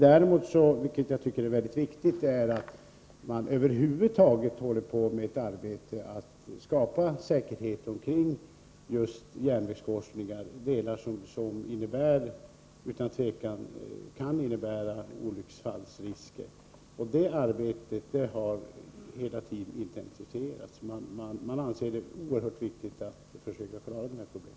Däremot arbetar man över huvud taget — och det tycker jag är mycket viktigt — för att skapa säkerhet omkring just järnvägskorsningar; de innebär utan tvivel olycksfallsrisker. Det arbetet har hela tiden intensifierats. Man anser det oerhört viktigt att försöka lösa dessa problem.